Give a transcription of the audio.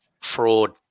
fraud